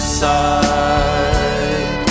side